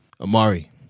Amari